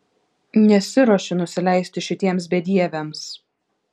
nesiruošiu nusileisti šitiems bedieviams